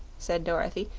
said dorothy.